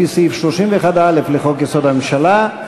לפי סעיף 31(א) לחוק-יסוד: הממשלה,